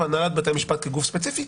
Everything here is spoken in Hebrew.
אבל הנהלת בתי המשפט כגוף ספציפי,